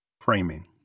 Framing